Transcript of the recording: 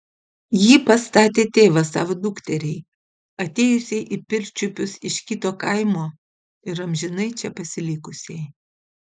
jį pastatė tėvas savo dukteriai atėjusiai į pirčiupius iš kito kaimo ir amžinai čia pasilikusiai